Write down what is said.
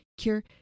Cure